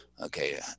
Okay